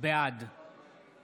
בעד